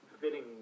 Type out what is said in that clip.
fitting